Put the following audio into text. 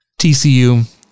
TCU